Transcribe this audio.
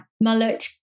mullet